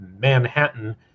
Manhattan